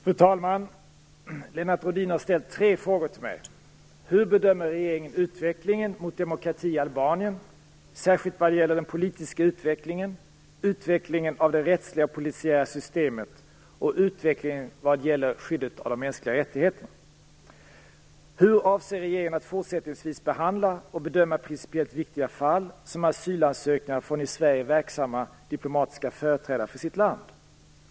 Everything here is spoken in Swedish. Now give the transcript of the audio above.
Fru talman! Lennart Rohdin har ställt följande tre frågor till mig: Hur bedömer regeringen utvecklingen mot demokrati i Albanien, särskilt vad gäller den politiska utvecklingen, utvecklingen av det rättsliga och polisiära systemet och utvecklingen vad gäller skyddet av de mänskliga rättigheterna? Hur avser regeringen att fortsättningsvis behandla och bedöma principiellt viktiga fall som asylansökningar från i Sverige verksamma diplomatiska företrädare för sitt land?